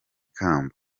kamba